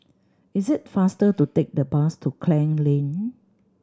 it's faster to take the bus to Klang Lane